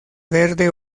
verde